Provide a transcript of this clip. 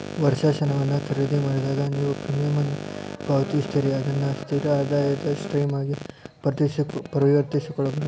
ವರ್ಷಾಶನವನ್ನ ಖರೇದಿಮಾಡಿದಾಗ, ನೇವು ಪ್ರೇಮಿಯಂ ಅನ್ನ ಪಾವತಿಸ್ತೇರಿ ಅದನ್ನ ಸ್ಥಿರ ಆದಾಯದ ಸ್ಟ್ರೇಮ್ ಆಗಿ ಪರಿವರ್ತಿಸಕೊಳ್ಬಹುದು